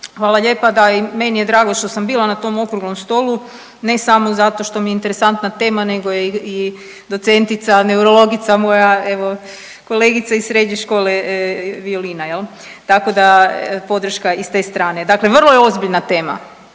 Hvala lijepa. Da i meni je drago što sam bila na tom okruglom stolu, ne samo zato što mi je interesantna tema nego je i docentica neurologica moja evo, kolegica iz srednje škole, .../Govornik se ne razumije./... je li, tako da podrška i s te strane. Dakle vrlo je ozbiljna tema,